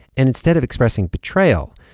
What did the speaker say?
and instead of expressing betrayal,